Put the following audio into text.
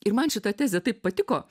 ir man šita tezė taip patiko